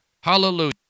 Hallelujah